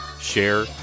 share